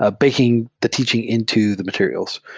ah baking the teaching into the materials.